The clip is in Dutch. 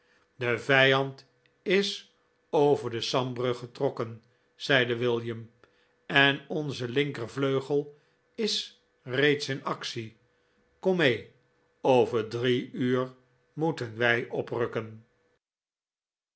de vijand is over de sambre getrokken zeide william en onze linkervleugel is reeds in actie koin mee over drie uur moeten wij oprukken